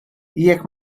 jekk